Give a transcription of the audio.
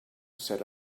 set